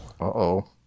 Uh-oh